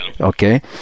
okay